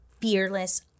fearless